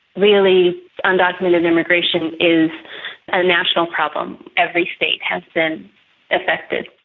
really undocumented immigration is a national problem. every state has been affected.